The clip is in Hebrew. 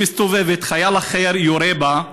היא מסתובבת, חייל אחר יורה בה,